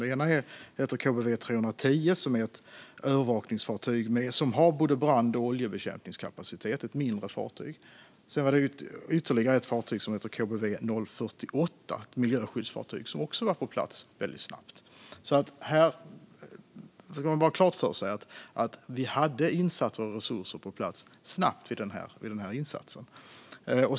Det ena heter KBV 310 och är ett övervakningsfartyg som har både brand och oljebekämpningskapacitet. Detta är ett mindre fartyg. Det andra fartyget heter KBV 048 och är ett miljöskyddsfartyg. Detta fartyg var också på plats väldigt snabbt. Man ska ha klart för sig att vi hade insatser och resurser på plats snabbt vid det här tillfället.